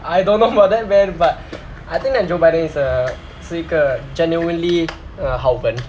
I don't know about man but I think that joe biden is a 是一个 genuinely 好人